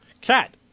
Cat